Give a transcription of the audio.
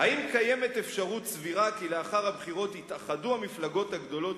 האם קיימת אפשרות סבירה שלאחר הבחירות יתאחדו המפלגות הגדולות